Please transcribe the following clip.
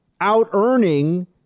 out-earning